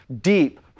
deep